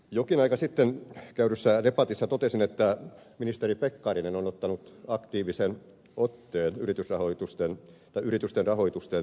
jokin aika sitten käydyssä debatissa totesin että ministeri pekkarinen on ottanut aktiivisen otteen yritysten rahoitusten turvaamiseen